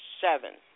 seven